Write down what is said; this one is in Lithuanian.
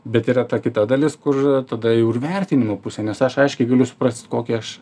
bet yra ta kita dalis kur tada jau ir vertinimo pusė nes aš aiškiai galiu suprast kokį aš